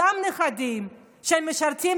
אותם נכדים שמשרתים,